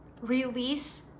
release